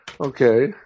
Okay